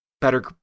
better